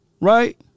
right